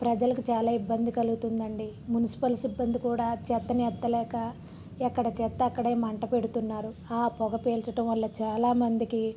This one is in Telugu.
ప్రజలకు చాలా ఇబ్బంది కలుగుతుంది అండి మునిసిపల్ సిబ్బంది కూడా చెత్తని ఎత్తలేక ఎక్కడ చెత్త అక్కడ మంట పెడుతున్నారు ఆ పొగ పీల్చడం వల్ల చాలామందికి